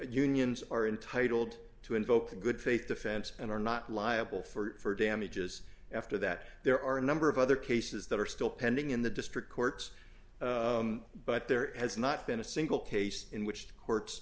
unions are entitled to invoke the good faith defense and are not liable for damages after that there are a number of other cases that are still pending in the district courts but there has not been a single case in which the